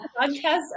Podcast